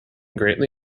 greatly